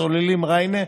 סוללים ריינה,